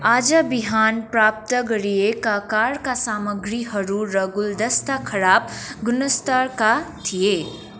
आज बिहान प्राप्त गरिएका कारका सामग्रीहरू र गुलदस्ता खराब गुणस्तरका थिए